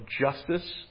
justice